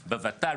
בות"ל,